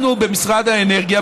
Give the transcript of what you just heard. אנחנו במשרד האנרגיה,